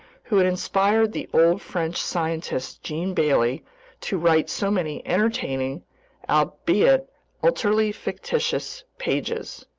who had inspired the old french scientist jean bailly to write so many entertaining albeit utterly fictitious pages.